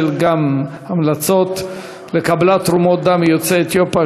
גם על המלצות לקבלת תרומות דם מיוצאי אתיופיה,